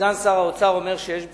כשסגן שר האוצר אומר שיש בשורה,